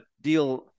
deal